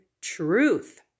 truth